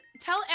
tell